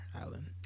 Alan